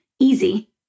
easy